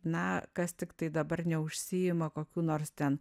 na kas tiktai dabar neužsiima kokiu nors ten